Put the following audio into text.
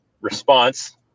response